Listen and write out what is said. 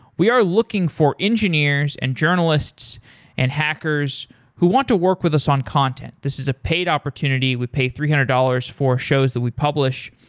we are looking for engineers and journalists and hackers who want to work with us on content. this is a paid opportunity. we pay three hundred dollars for shows that we publish.